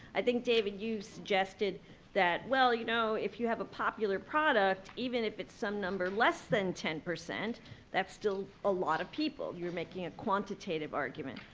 i think, david, you suggested that, well, you know, if you have a popular product, even if it's some number less than ten, that's still a lot of people. you're making a quantitative argument.